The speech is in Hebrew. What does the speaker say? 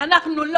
עם --- אנחנו,